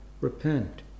repent